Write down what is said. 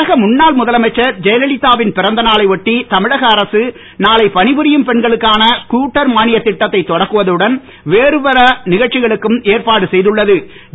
தமிழக முன்னாள் முதலமைச்சர் ஜெயலலிதா வின் பிறந்தநாளை ஒட்டி தமிழக அரசு நாளை பணிபுரியும் பெண்களுக்கான ஸ்கூட்டர் மானியத் திட்டத்தைத் வேறுபல நிகழ்ச்சிகளுக்கும் ஏற்பாடு தொடக்குவதுடன் செய்துள்ள து